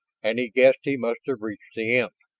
and he guessed he must have reached the end.